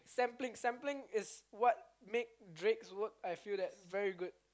sampling sampling is what makes Drake works I feel that's very good